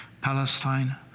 Palestine